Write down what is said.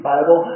Bible